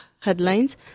headlines